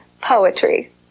poetry